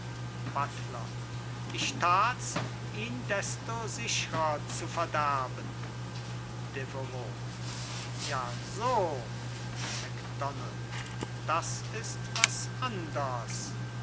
buttler ich tats ihn desto sichrer zu verderben deveroux ja so macdonald das ist was anders